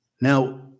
Now